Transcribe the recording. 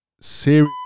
serious